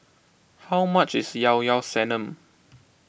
how much is Llao Llao Sanum